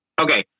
okay